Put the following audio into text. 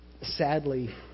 sadly